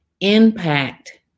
impact